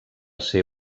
ser